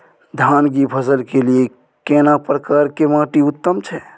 धान की फसल के लिये केना प्रकार के माटी उत्तम छै?